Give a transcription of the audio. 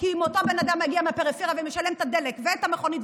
כי אם אותו בן אדם מגיע מהפריפריה ומשלם את הדלק ואת המכונית,